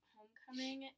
Homecoming